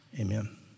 amen